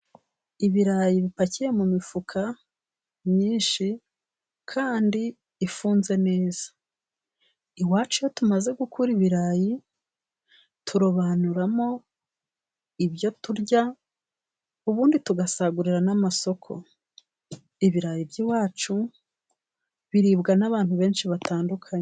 Ibirayi bipakiye mu mifuka myinshi kandi ifunze neza. iwacu iyo tumaze gukura ibirayi turobanuramo ibyo turya ubundi tugasagurira n'amasoko. Ibirayi by'iwacu biribwa n'abantu benshi batandukanye.